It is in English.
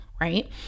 right